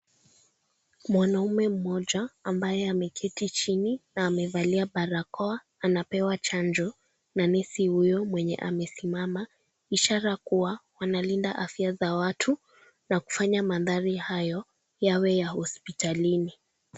Mwanaume mmoja, ambaye ameketi chini na amevalia barakoa, anapewa chanjo na nesi huyo mwenye amesimama, ishara kuwa analinda afya za watu na kufanya mandhari hayo yawe ya hospitalini.